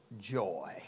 joy